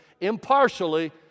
impartially